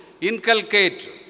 inculcate